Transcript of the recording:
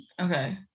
Okay